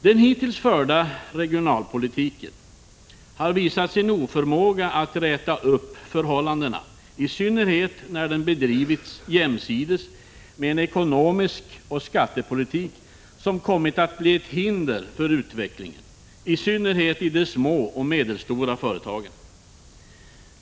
Den hittills förda regionalpolitiken har visat sin oförmåga att räta upp förhållandena, i synnerhet när den bedrivits jämsides med en ekonomisk politik och en skattepolitik som kommit att bli ett hinder för utvecklingen, framför allt i de små och medelstora företagen.